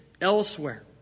elsewhere